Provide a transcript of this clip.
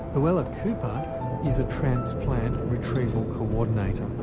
luella cooper is a transplant retrieval co-ordinator.